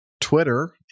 twitter